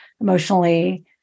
emotionally